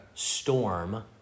Storm